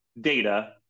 data